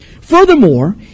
Furthermore